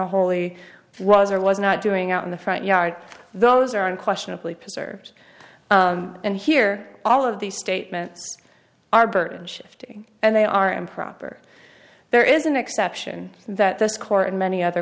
holy was or was not doing out in the front yard those are unquestionably preserved and here all of these statements are burton shifting and they are improper there is an exception that this court and many other